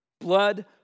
Blood